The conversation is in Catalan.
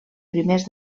primers